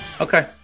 Okay